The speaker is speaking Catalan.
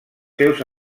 seus